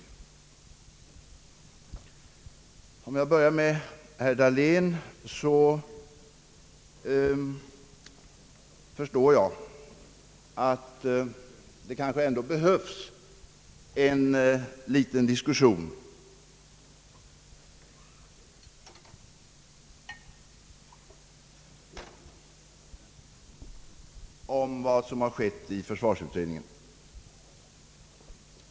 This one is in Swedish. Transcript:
Om jag börjar med herr Dahlén så förstår jag att det kanske ändå behövs en liten diskussion om vad som har skett i försvarsutredningen.